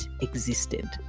existed